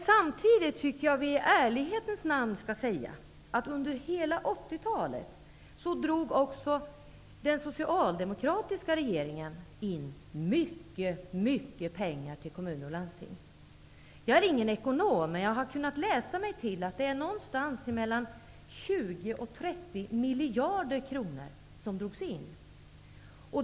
Samtidigt skall vi i ärlighetens namn säga, att under hela 80-talet drog den socialdemokratiska regeringen också in mycket pengar från kommuner och landsting. Jag är inte någon ekonom, men jag har kunnat läsa att det var mellan 20 och 30 miljarder kronor som drogs in.